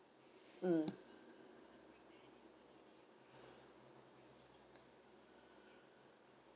mm